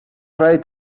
vrije